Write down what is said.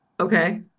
Okay